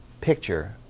picture